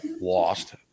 lost